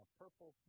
purple